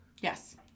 Yes